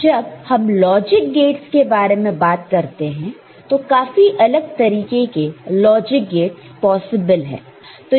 तो जब हम लॉजिक गेट्स के बारे में बात करते हैं तो काफी अलग तरीके के लॉजिक गेट्स पॉसिबल है